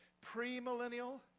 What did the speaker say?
pre-millennial